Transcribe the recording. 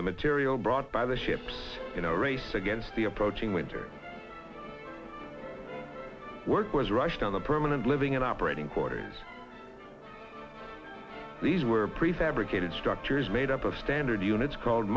the material brought by the ships in a race against the approaching winter work was rushed on the permanent living and operating quarters these were prefabricated structures made up of standard units called